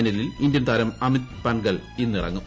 ഫൈനലിൽ ഇന്ത്യൻ താരം അമിത് പൻഗൽ ഇന്നിറങ്ങും